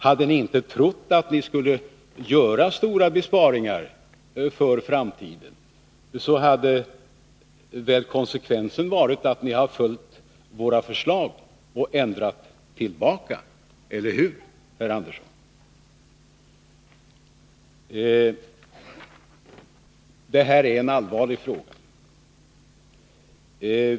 Hade ni inte trott att ni skulle göra stora besparingar för framtiden, hade väl konsekvensen varit att ni följt våra förslag och ändrat tillbaka, eller hur herr Andersson? Det här är en allvarlig fråga.